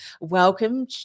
welcome